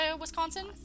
Wisconsin